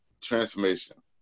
transformation